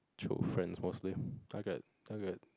choose friends mostly target target